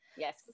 Yes